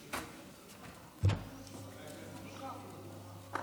הכנסת מיכאל ביטון.